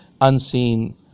unseen